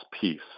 peace